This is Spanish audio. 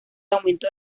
aumento